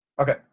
Okay